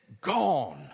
gone